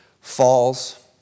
falls